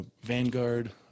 Vanguard